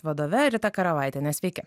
vadove rita karavaitienė sveiki